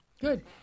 Good